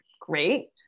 great